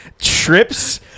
trips